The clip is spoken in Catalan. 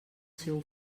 seu